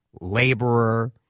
laborer